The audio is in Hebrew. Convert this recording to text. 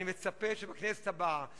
אני מצפה שבכנסת הבאה,